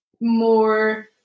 more